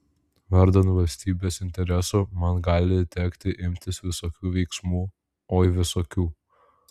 vardan valstybės interesų man gali tekti imtis visokių veiksmų oi visokių